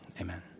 amen